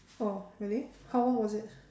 oh really how long was it